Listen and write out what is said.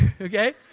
okay